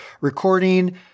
recording